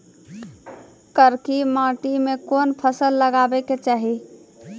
करकी माटी मे कोन फ़सल लगाबै के चाही?